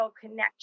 connection